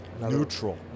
neutral